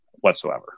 whatsoever